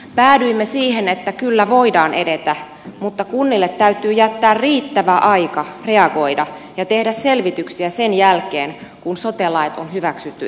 päädyimme siihen että kyllä voidaan edetä mutta kunnille täytyy jättää riittävä aika reagoida ja tehdä selvityksiä sen jälkeen kun sote lait on hyväksytty eduskunnassa